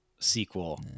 sequel